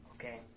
Okay